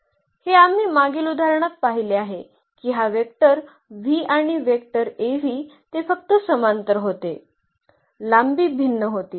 हे आम्ही मागील उदाहरणात पाहिले आहे की हा वेक्टर v आणि वेक्टर Av ते फक्त समांतर होते लांबी भिन्न होती